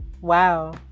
wow